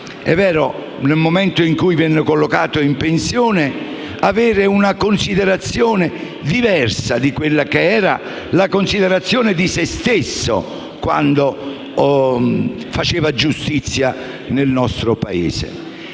possa, nel momento in cui viene collocato in pensione, avere una considerazione diversa rispetto a quella che era la considerazione di se stesso quando faceva giustizia nel nostro Paese.